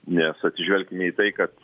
nes atsižvelkime į tai kad